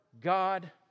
God